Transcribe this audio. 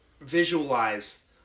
visualize